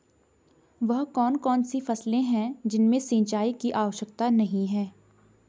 वह कौन कौन सी फसलें हैं जिनमें सिंचाई की आवश्यकता नहीं है?